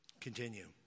Continue